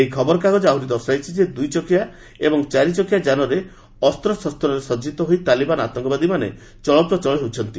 ଏହି ଖବରକାଗଜ ଆହୁରି ଦର୍ଶାଇଛି ଯେ ଦୁଇଚକିଆ ଏବଂ ଚାରିଚକିଆ ଯାନରେ ଅସ୍ତ୍ରଶସ୍ତରେ ସଜିତ ହୋଇ ତାଲିବାନ ଆତଙ୍କବାଦୀମାନେ ଚଳପ୍ରଚଳ ହେଉଛନ୍ତି